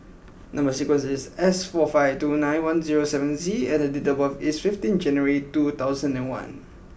number sequence is S four five two nine one zero seven Z and date of birth is fifteen January two thousand and one